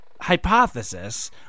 hypothesis